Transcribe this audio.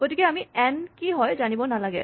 গতিকে আমি এন কি হয় জানিব নালাগে